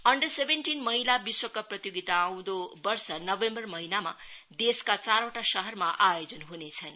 under seventeen महिला विश्व cup प्रतियोगिता आउँदो वर्ष नवम्बर महिनामा देशका चारवटा शहरमा आयोजन हुनेछन्